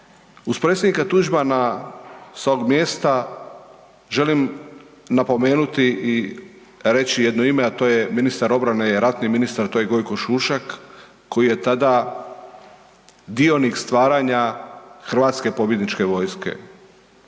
Uz predsjednika Tuđmana sa ovog mjesta želim napomenuti i reći jedno ime, a to je ministar obrane i ratni ministar, to je Gojko Šušak koji je tada dionik stvaranja hrvatske pobjedničke vojske.